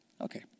Okay